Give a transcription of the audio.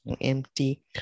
Empty